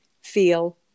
feel